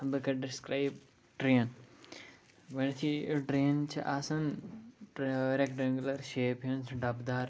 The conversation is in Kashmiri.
بہٕ کَرٕ ڈِسکرٛایب ٹرٛین گۄڈنیٚتھٕے ٹرٛین چھِ آسان ٲں ریٚکٹیٚنٛگیولَر شیپہِ ہنٛز ڈَبہٕ دار